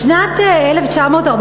בשנת 1948,